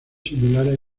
similares